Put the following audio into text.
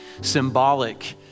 symbolic